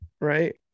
right